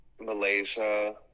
Malaysia